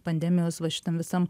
pandemijos va šitam visam